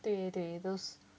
对对对 those